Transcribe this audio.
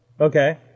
Okay